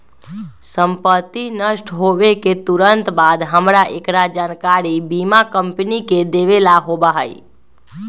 संपत्ति नष्ट होवे के तुरंत बाद हमरा एकरा जानकारी बीमा कंपनी के देवे ला होबा हई